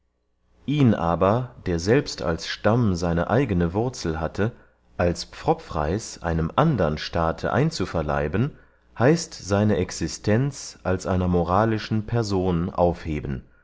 ihn aber der selbst als stamm seine eigene wurzel hatte als pfropfreis einem andern staate einzuverleiben heißt seine existenz als einer moralischen person aufheben